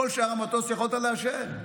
בכל שאר המטוס יכולת לעשן.